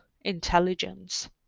intelligence